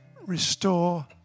restore